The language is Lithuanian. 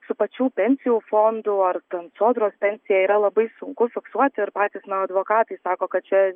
su pačių pensijų fondų ar ten sodros pensija yra labai sunku fiksuoti ir patys na advokatai sako kad čia